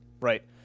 right